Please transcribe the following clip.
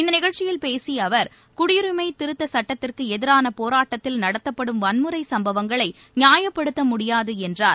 இந்த நிகழ்ச்சியில் பேசிய அவர் குடியுரிமை திருத்தச்சுட்டத்திற்கு எதிரான போராட்டத்தில் நடத்தப்படும் வன்முறை சம்பவங்களை நியாயப்படுத்த முடியாது என்றார்